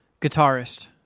guitarist